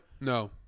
no